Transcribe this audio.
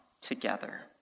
together